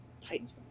Titans